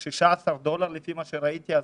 16 דולר לפי מה שראיתי.